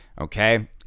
okay